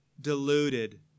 deluded